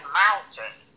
mountain